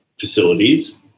facilities